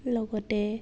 লগতে